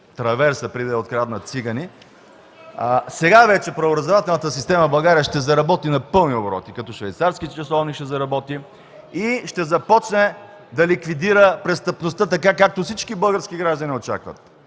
траверса, преди да я откраднат цигани, сега вече правораздавателната система в България ще заработи на пълни обороти, като швейцарски часовник ще заработи и ще започне да ликвидира престъпността, както всички български граждани очакват.